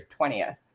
20th